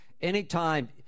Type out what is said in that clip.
anytime